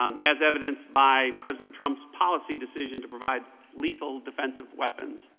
um as evidence by president trump policy decision to provide lethal defensive weapons.